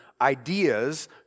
ideas